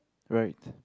right